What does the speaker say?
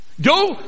Go